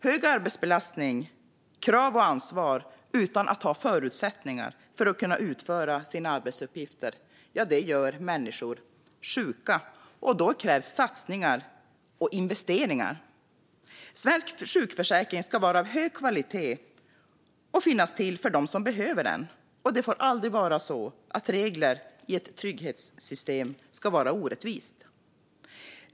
Hög arbetsbelastning, krav och ansvar utan att ha förutsättningar att utföra sina arbetsuppgifter gör människor sjuka, och då krävs satsningar och investeringar. Svensk sjukförsäkring ska vara av hög kvalitet och finnas till för dem som behöver den. Det får aldrig vara så att regler i ett trygghetssystem ska vara orättvisa.